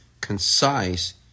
concise